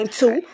two